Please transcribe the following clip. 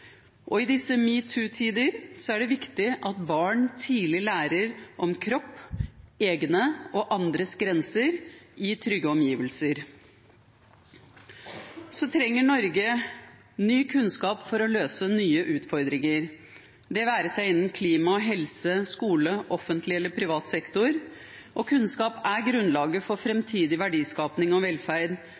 arbeid. I disse metoo-tider er det også viktig at barn tidlig lærer om kropp og om egne og andres grenser i trygge omgivelser. Norge trenger ny kunnskap for å løse nye utfordringer – det være seg innen klima, helse, skole, offentlig eller privat sektor. Kunnskap er grunnlaget for fremtidig verdiskaping og velferd,